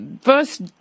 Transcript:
first